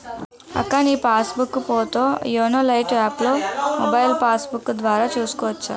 అక్కా నీ passbook పోతో యోనో లైట్ యాప్లో మొబైల్ పాస్బుక్కు ద్వారా చూసుకోవచ్చు